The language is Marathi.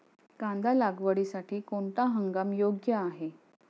कांदा लागवडीसाठी कोणता हंगाम योग्य आहे?